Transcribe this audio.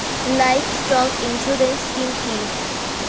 Livestock insurance scheme কি?